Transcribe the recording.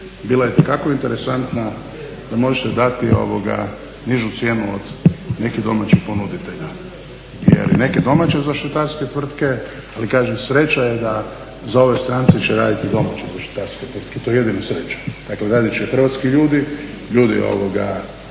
bila itekako interesantna da možete dati nižu cijenu od nekih domaćih ponuditelja, jer i neke domaće zaštitarske tvrtke. Ali kažem, sreća je da za ove strance će raditi domaće zaštitarske tvrtke. To je jedina sreća. Dakle, radit će hrvatski ljudi, ljudi iz